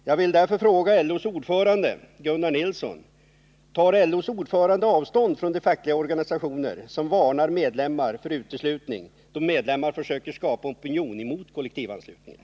Jag vill därför fråga LO:s ordförande Gunnar Nilsson: Tar LO:s ordförande avstånd från de fackliga organisationer som varnar medlemmar för uteslutning då medlemmar försöker skapa opinion Nr 28 mot kollektivanslutningen?